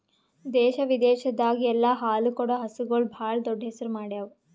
ದೇಶ ವಿದೇಶದಾಗ್ ಎಲ್ಲ ಹಾಲು ಕೊಡೋ ಹಸುಗೂಳ್ ಭಾಳ್ ದೊಡ್ಡ್ ಹೆಸರು ಮಾಡ್ಯಾವು